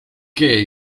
que